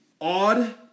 Odd